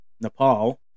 nepal